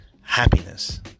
Happiness